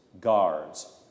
guards